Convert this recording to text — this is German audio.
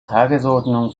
tagesordnung